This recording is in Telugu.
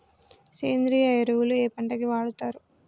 సేంద్రీయ ఎరువులు ఏ పంట కి వాడుతరు?